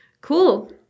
Cool